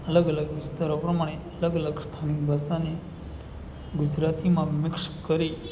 અલગ અલગ વિસ્તારો પ્રમાણે અલગ અલગ સ્થાનિક ભાષાને ગુજરાતીમાં મિક્સ કરી